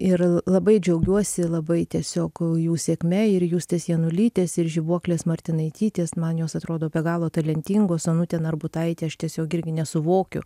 ir labai džiaugiuosi labai tiesiog jų sėkme ir justės janulytės ir žibuoklės martinaitytės man jos atrodo be galo talentingos onutė narbutaitė aš tiesiog irgi nesuvokiu